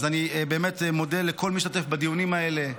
אז אני באמת מודה לכל מי שהשתתף בדיונים האלה,